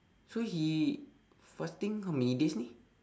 so he fasting how many days ini